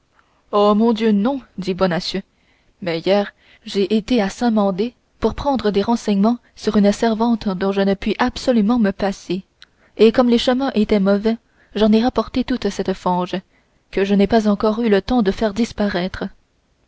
oh mon dieu non dit bonacieux mais hier j'ai été à saintmandé pour prendre des renseignements sur une servante dont je ne puis absolument me passer et comme les chemins étaient mauvais j'en ai rapporté toute cette fange que je n'ai pas encore eu le temps de faire disparaître